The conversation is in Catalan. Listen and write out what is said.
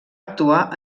actuar